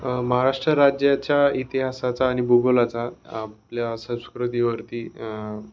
महाराष्ट्र राज्याच्या इतिहासाचा आणि भूगोलाचा आपल्या संस्कृतीवरती